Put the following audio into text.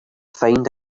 find